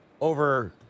over